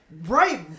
Right